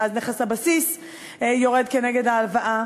ואז נכס הבסיס יורד כנגד ההלוואה.